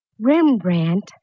Rembrandt